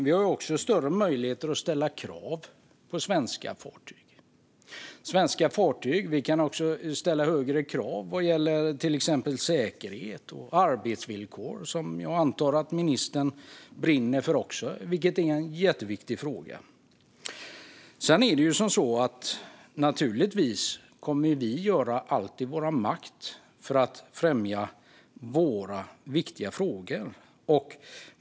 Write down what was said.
Vi har också större möjligheter att ställa krav på svenska fartyg. Vi kan också ställa högre krav vad gäller till exempel säkerhet och arbetsvillkor, som jag antar att ministern brinner för också. Det är en jätteviktig fråga. Naturligtvis kommer vi att göra allt i vår makt för att främja våra viktiga frågor.